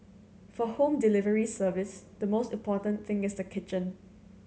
for home delivery service the most important thing is the kitchen